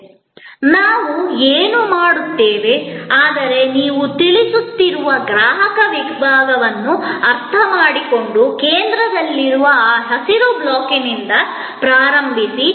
ಅಲ್ಲ ನಾವು ಏನು ಮಾಡುತ್ತೇವೆ ಆದರೆ ನೀವು ತಿಳಿಸುತ್ತಿರುವ ಗ್ರಾಹಕ ವಿಭಾಗವನ್ನು ಅರ್ಥಮಾಡಿಕೊಂಡು ಕೇಂದ್ರದಲ್ಲಿರುವ ಆ ಹಸಿರು ಬ್ಲಾಕ್ನಿಂದ ಪ್ರಾರಂಭಿಸಿ